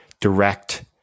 direct